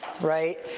right